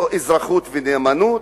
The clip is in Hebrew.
אזרחות ונאמנות,